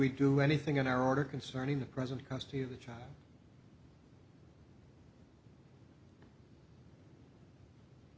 we do anything in our order concerning the present custody of the